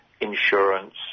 insurance